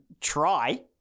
try